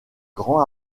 grand